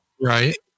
Right